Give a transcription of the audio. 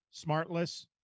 smartless